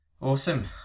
Awesome